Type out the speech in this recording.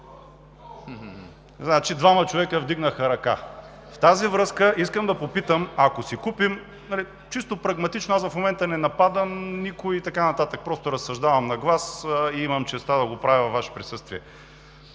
Двама човека вдигнаха ръка. В тази връзка искам да попитам чисто прагматично, в момента не нападам никого и така нататък, просто разсъждавам на глас и имам честта да го правя във Ваше присъствие: